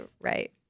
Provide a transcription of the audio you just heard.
right